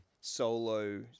solo